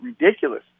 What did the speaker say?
ridiculous